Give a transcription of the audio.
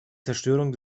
zerstörung